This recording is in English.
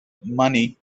money